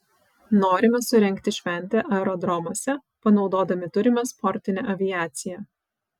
norime surengti šventę aerodromuose panaudodami turimą sportinę aviaciją